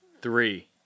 Three